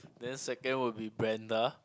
then second will be Brenda